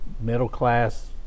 middle-class